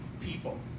people